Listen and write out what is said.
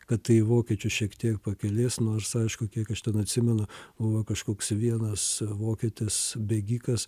kad tai vokiečius šiek tiek pakylės nors aišku kiek aš ten atsimenu buvo kažkoks vienas vokietis bėgikas